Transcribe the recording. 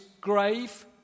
grave